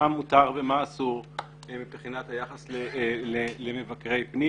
מה מותר ומה אסור מבחינת היחס למבקרי פנים,